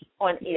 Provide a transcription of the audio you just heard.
on